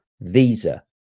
Visa